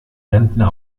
rentner